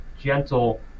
gentle